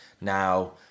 Now